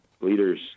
leaders